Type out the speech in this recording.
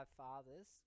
fathers